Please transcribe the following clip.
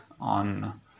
on